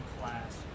class